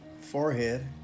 forehead